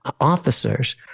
officers